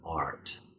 art